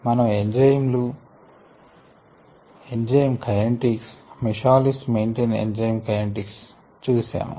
మనము ఎంజైమ్ లు enzyme kinetics Michaelis Menten enzyme kinetics చూశాము